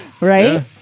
Right